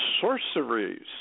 sorceries